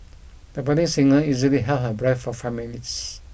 the budding singer easily held her breath for five minutes